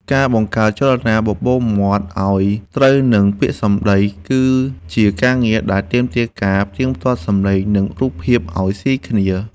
ការបង្កើតចលនាបបូរមាត់ឱ្យត្រូវទៅនឹងពាក្យសម្តីគឺជាការងារដែលទាមទារការផ្ទៀងផ្ទាត់សំឡេង និង រូបភាពឱ្យស៊ីគ្នា។